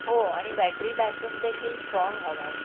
हो आणि battery backup देखील स्ट्राँग हवा आहे